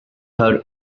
her